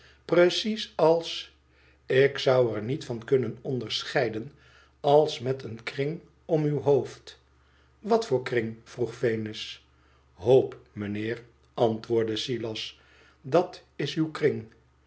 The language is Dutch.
precies als ik zou er niet van kunnen onderscheiden als met een kring om uw hoofd wat voor kring vroeg venus hoop meneer antwoordde silas idat is uw kring